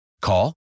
Call